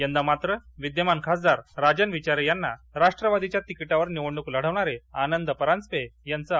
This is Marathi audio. यंदा मात्र विद्यमान खासदार राजन विचारे यांना राष्ट्रवादीच्या तिकिटावर निवडणूक लढवणारे आनंद परांजपे यांचे आव्हान आहे